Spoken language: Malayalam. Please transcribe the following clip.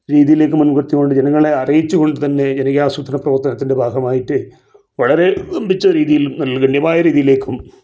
രീതീയിലേക്ക് ജനങ്ങളെ അറിയിച്ചുകൊണ്ട് തന്നെ ജനകീയാസൂത്രണ പ്രവർത്തനത്തിൻ്റെ ഭാഗമായിട്ട് വളരെ വമ്പിച്ച രീതിയിലും നല്ല ഗണ്യമായ രീതീലേക്കും